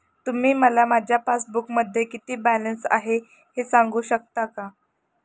तुम्ही मला माझ्या पासबूकमध्ये किती बॅलन्स आहे हे सांगू शकता का?